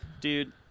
dude